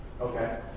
Okay